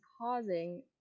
causing